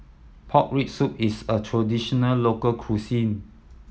pork rib soup is a traditional local cuisine